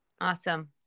Awesome